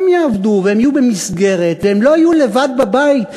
והם יעבדו והם יהיו במסגרת והם לא יהיו לבד בבית,